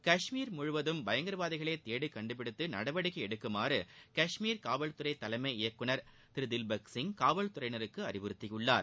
கஷ்மீர் முழுவதும் பயங்கரவாதிகளைத் தேடிக் கண்டுபிடித்து நடவடிக்கை எடுக்குமாறு கஷ்மீர் காவல்துறை தலைமை இயக்குநர் திரு தில்பக் சிங் காவல்துறையினருக்கு அறிவுறுத்தியுள்ளார்